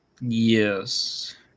Yes